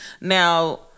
Now